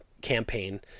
campaign